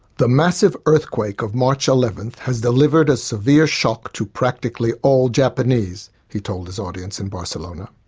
the massive earthquake of march eleventh has delivered a severe shock to practically all japanese he told his audience in barcelona.